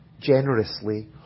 generously